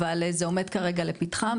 אבל זה עומד כרגע לפתחם,